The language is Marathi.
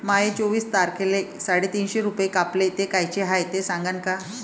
माये चोवीस तारखेले साडेतीनशे रूपे कापले, ते कायचे हाय ते सांगान का?